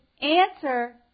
answer